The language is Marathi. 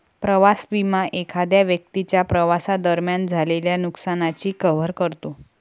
प्रवास विमा एखाद्या व्यक्तीच्या प्रवासादरम्यान झालेल्या नुकसानाची कव्हर करतो